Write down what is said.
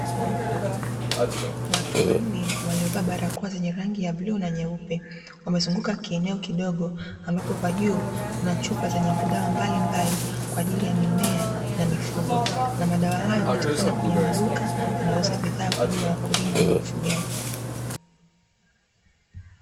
Watu wanne waliovaa barakoa zenye rangi ya bluu na nyeupe, wamezunguka kieneo kidogo ambapo kwa juu kuna chupa zenye madawa mbalimbali kwa ajili ya mimea na mifugo. Na madawa hayo hupatikana kwenye maduka yanayouza bidhaa kwa ajili ya wakulima na wafugaji.